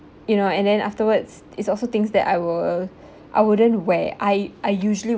you know and then afterwards is also things that I will I wouldn't wear I I usually